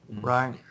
Right